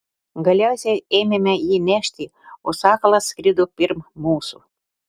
galiausiai ėmėme jį nešti o sakalas skrido pirm mūsų